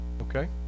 okay